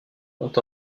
ont